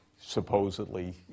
supposedly